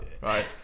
right